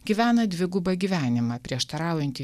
gyvena dvigubą gyvenimą prieštaraujantį